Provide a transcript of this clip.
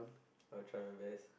I will try my best